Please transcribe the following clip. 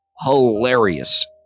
hilarious